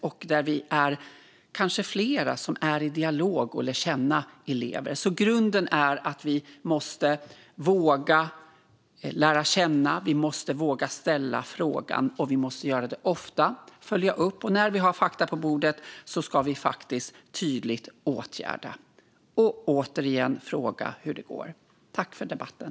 Grunden är att vi måste våga lära känna elever, ha en dialog och våga ställa frågan. Vi måste göra det ofta och följa upp, och när vi har fakta på bordet ska vi tydligt åtgärda och återigen fråga hur det går. Tack för debatten!